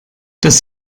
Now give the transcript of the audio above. dass